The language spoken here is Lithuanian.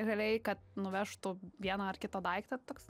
realiai kad nuvežtų vieną ar kitą daiktą toks